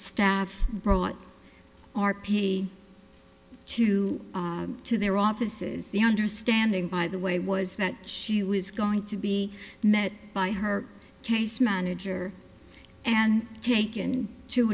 staff brought r p two to their offices the understanding by the way was that she was going to be met by her case manager and taken to